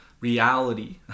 reality